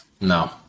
No